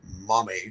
Mommy